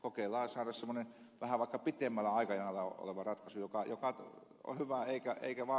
kokeillaan saada vaikka vähän pitemmällä aikajanalla oleva ratkaisu joka on hyvä eikä vaaranneta lääketurvallisuutta